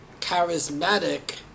charismatic